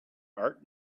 art